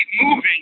moving